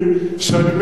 שמה?